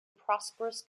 prosperous